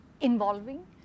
involving